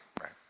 right